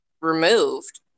removed